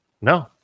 No